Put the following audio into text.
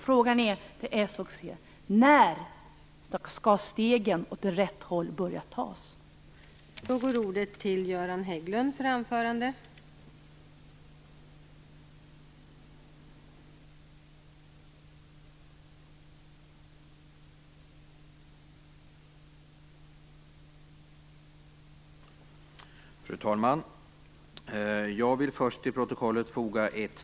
Frågan för Socialdemokraterna och Centern är när stegen åt rätt håll skall börja att tas.